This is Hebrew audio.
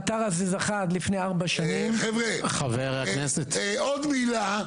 האתר הזה זכה לפני ארבע שנים --- עוד מילה,